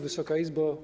Wysoka Izbo!